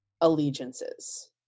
allegiances